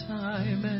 time